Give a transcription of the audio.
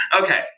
Okay